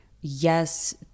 Yes